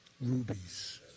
rubies